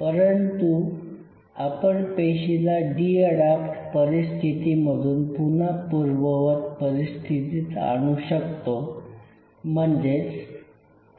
परंतु आपण पेशीला डी अडाप्ट परिस्थितीमधून पुन्हा पूर्ववत परिस्थितीत आणू शकतो म्हणजेच